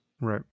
Right